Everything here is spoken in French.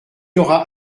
aura